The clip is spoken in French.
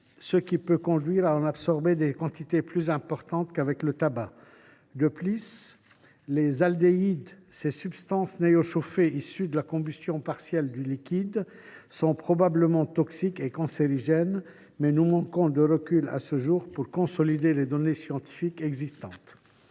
ce qui peut conduire à en absorber des quantités plus importantes qu’avec le tabac. De plus, les aldéhydes, ces substances néo chauffées issues de la combustion partielle du liquide, sont probablement toxiques et cancérigènes, mais nous manquons de recul à ce jour pour consolider les données scientifiques existantes.